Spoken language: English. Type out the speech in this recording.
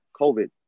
COVID